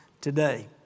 today